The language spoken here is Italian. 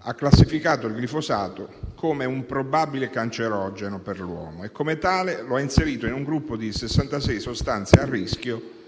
ha classificato, però, il glifosato come un probabile cancerogeno per l'uomo e, come tale, lo ha inserito in un gruppo di 66 sostanze a rischio